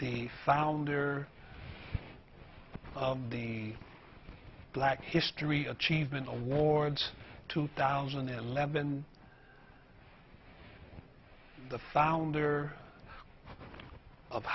the founder of the black history achievement awards two thousand and eleven the founder of